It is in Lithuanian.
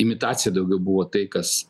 imitacija daugiau buvo tai kas